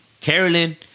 Carolyn